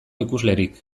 ikuslerik